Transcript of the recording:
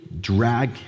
drag